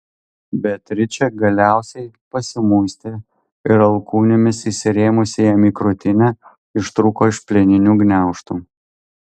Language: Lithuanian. beatričė galiausiai pasimuistė ir alkūnėmis įsirėmusi jam į krūtinę ištrūko iš plieninių gniaužtų